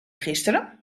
gisteren